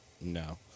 no